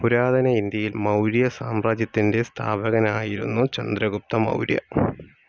പുരാതന ഇന്ത്യയിൽ മൗര്യ സാമ്രാജ്യത്തിൻ്റെ സ്ഥാപകനായിരുന്നു ചന്ദ്രഗുപ്ത മൗര്യ